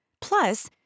Plus